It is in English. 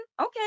Okay